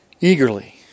eagerly